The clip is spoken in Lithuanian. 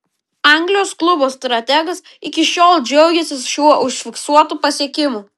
anglijos klubo strategas iki šiol džiaugiasi šiuo užfiksuotu pasiekimu